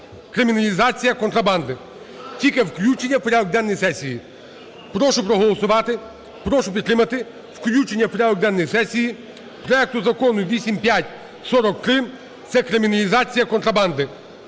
криміналізація контрабанди, тільки включення в порядок денний сесії. Прошу проголосувати, прошу підтримати включення в порядок денний сесії проекту Закону 8543, це криміналізація контрабанди.